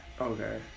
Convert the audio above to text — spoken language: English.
okay